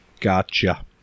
Gotcha